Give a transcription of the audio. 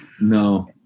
no